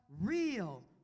real